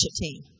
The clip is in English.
team